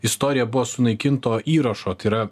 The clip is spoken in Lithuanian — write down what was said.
istorija buvo sunaikinto įrašo tai yra